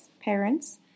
parents